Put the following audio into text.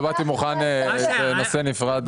לא באתי מוכן; זה נושא נפרד.